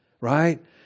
right